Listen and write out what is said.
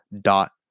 dot